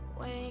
wake